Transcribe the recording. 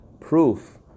proof